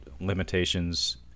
limitations